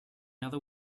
other